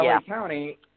County